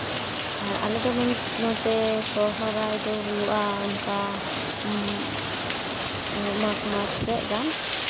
ᱟᱨ ᱟᱞᱮ ᱫᱚ ᱱᱚᱛᱮ ᱥᱚᱦᱨᱟᱭ ᱫᱚ ᱦᱩᱭᱩᱜᱼᱟ ᱚᱱᱠᱟ ᱢᱟᱜᱽ ᱢᱟᱥ ᱥᱮᱫ ᱜᱟᱱ